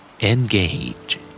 Engage